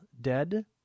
dead